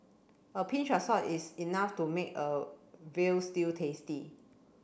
a pinch of salt is enough to make a veal stew tasty